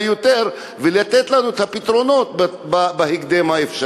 יותר ולתת לנו את הפתרונות בהקדם האפשרי.